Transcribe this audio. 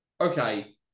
okay